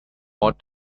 what